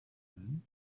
men